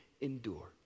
endure